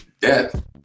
death